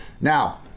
Now